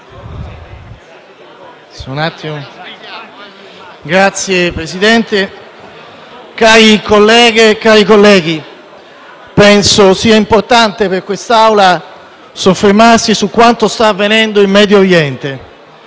Care colleghe e cari colleghi, penso sia importante per quest'Assemblea soffermarsi su quanto sta avvenendo in Medio Oriente.